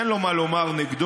אין לו מה לומר נגדו,